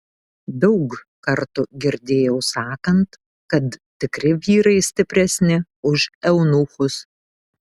daug kartų girdėjau sakant kad tikri vyrai stipresni už eunuchus